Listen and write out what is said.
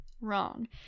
Wrong